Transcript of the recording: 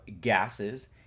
gases